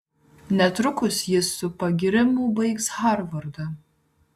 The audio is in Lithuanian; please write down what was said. netrukus jis su pagyrimu baigs harvardą